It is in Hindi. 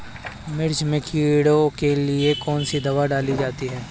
मिर्च में कीड़ों के लिए कौनसी दावा डाली जाती है?